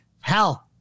Hell